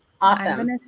Awesome